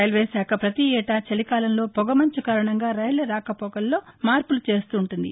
రైల్వేశాఖ పతీయేటా చలికాలంలో పొగమంచు కారణంగా రైళ్ల రాకపోకల్లో మార్పులు చేస్తుంటుంది